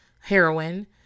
heroin